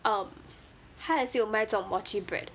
um 他也是有卖这种 mochi bread 的